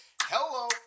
Hello